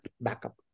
backup